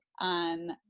on